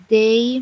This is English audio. day